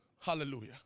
Hallelujah